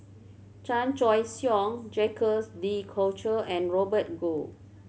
Chan Choy Siong Jacques De Coutre and Robert Goh